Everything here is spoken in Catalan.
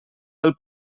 del